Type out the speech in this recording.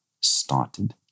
started